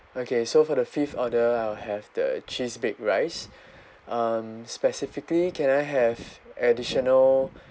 okay so for the fifth order I'll have the cheese baked rice um specifically can I have additional